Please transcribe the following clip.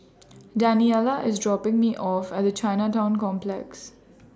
Daniela IS dropping Me off At Chinatown Complex